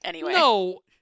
No